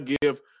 give